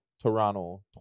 Toronto